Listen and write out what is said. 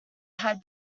had